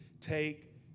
Take